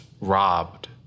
robbed